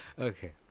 Okay